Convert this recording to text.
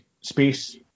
space